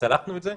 שצלחנו את זה.